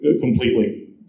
completely